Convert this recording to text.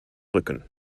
rücken